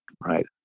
right